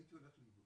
הייתי הולך לאיבוד.